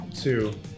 two